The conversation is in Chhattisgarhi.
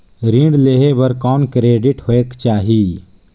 ऋण लेहे बर कौन क्रेडिट होयक चाही?